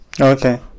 okay